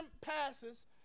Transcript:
passes